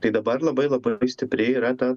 tai dabar labai labai stipri yra ta